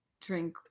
drink